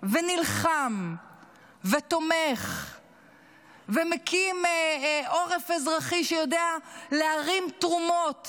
ונלחם ותומך ומקים עורף אזרחי שיודע להרים תרומות